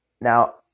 Now